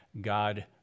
God